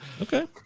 okay